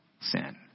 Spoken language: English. sin